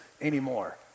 anymore